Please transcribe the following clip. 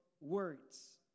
words